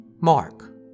Mark